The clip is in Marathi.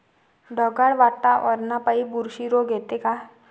ढगाळ वातावरनापाई बुरशी रोग येते का?